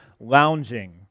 lounging